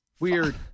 Weird